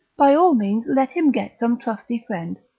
by all means let him get some trusty friend,